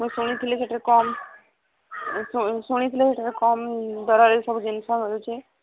ମୁଁ ଶୁଣିଥିଲି ସେଠାରେ କମ୍ ସେଠାରେ କମ୍ ଦରରେ ସବୁ ଜିନିଷ ମିଳୁଛି